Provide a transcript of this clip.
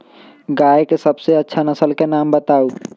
गाय के सबसे अच्छा नसल के नाम बताऊ?